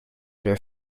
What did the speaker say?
their